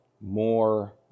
more